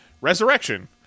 Resurrection